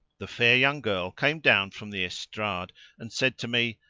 the fair young girl came down from the estrade and said to me,